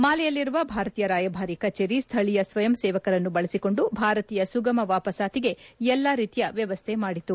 ಮಾಲೆಯಲ್ಲಿರುವ ಭಾರತೀಯ ರಾಯಭಾರಿ ಕಚೇರಿ ಸ್ವಳೀಯ ಸ್ವಯಂಸೇವಕರನ್ನು ಬಳಸಿಕೊಂಡು ಭಾರತೀಯ ಸುಗಮ ವಾಪಸಾತಿಗೆ ಎಲ್ಲಾ ರೀತಿಯ ವ್ಯವಸ್ಥೆ ಮಾಡಿತು